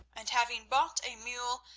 and having bought a mule,